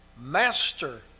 master